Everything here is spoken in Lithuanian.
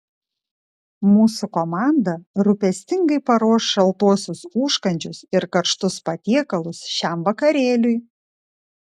mūsų komanda rūpestingai paruoš šaltuosius užkandžius ir karštus patiekalus šiam vakarėliui